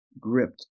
gripped